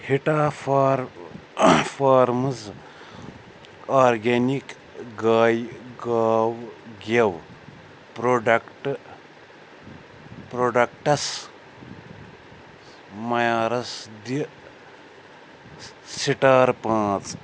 ہیٖٹا فار farms organic گایہِ گاوٕ گٮ۪و پروڈیکٹ پروڈکٹس معیارَس دِ سٹار پانٛژھ